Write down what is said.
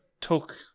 took